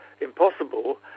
impossible